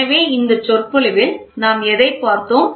எனவே இந்த சொற்பொழிவில் நாம் எதைப் பார்த்தோம்